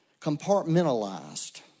compartmentalized